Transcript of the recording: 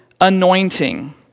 anointing